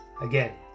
Again